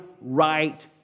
right